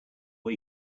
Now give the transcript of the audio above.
way